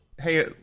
hey